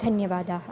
धन्यवादाः